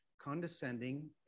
condescending